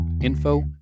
info